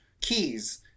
keys